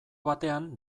batean